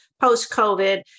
post-covid